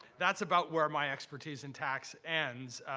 that's about where my expertise in tax ends,